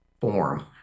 form